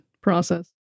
process